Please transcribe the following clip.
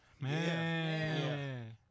Man